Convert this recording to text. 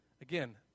Again